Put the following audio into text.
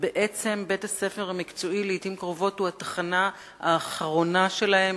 ובעצם בית-הספר המקצועי לעתים קרובות הוא התחנה האחרונה שלהם,